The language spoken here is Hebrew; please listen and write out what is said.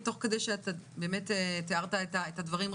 תוך כדי שאתה תיארת את הדברים,